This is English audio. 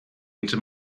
into